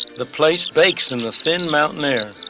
the place bakes in the thin mountain air.